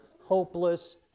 hopeless